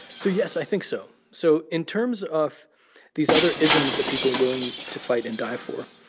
so, yes, i think so. so in terms of these other isms that people are willing to fight and die for,